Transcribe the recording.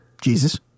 Jesus